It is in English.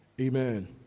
Amen